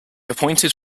appointed